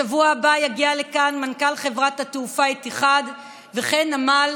בשבוע הבא יגיע לכאן מנכ"ל חברת התעופה איתיחאד ומנכ"ל נמל